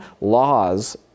laws